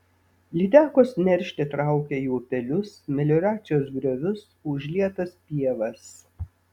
lydekos neršti traukia į upelius melioracijos griovius užlietas pievas